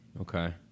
Okay